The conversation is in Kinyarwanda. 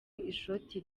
ishoti